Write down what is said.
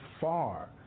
far